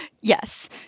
Yes